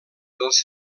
dels